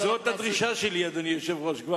זאת הדרישה שלי, אדוני היושב-ראש.